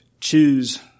choose